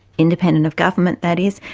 independent of government that is.